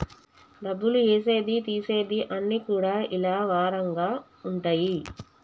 డబ్బులు ఏసేది తీసేది అన్ని కూడా ఇలా వారంగా ఉంటయి